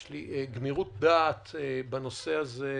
לי גמירות דעת בנושא הזה,